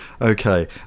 okay